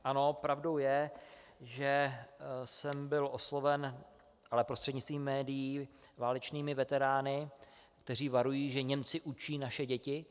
Ano, pravdou je, že jsem byl osloven, ale prostřednictvím médií, válečnými veterány, kteří varují, že Němci učí naše děti.